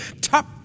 top